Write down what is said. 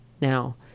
now